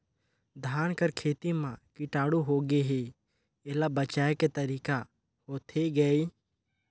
धान कर खेती म कीटाणु होगे हे एला बचाय के तरीका होथे गए?